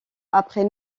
après